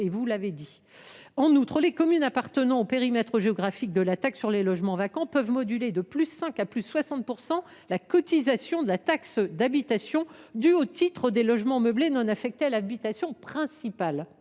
substantielle. En outre, les communes appartenant au périmètre géographique de la taxe sur les logements vacants peuvent moduler de +5 % à +60 % la cotisation de la taxe d’habitation due au titre des logements meublés non affectés à l’habitation principale.